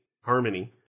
Harmony